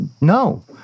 No